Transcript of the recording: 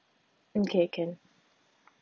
okay can